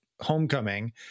Homecoming